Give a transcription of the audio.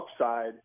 upside